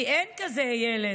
כי אין כזה ילד,